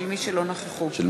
של מי שלא נכחו.